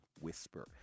Whisper